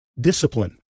discipline